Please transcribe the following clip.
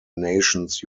nations